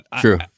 True